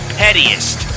pettiest